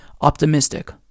optimistic